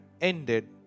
ended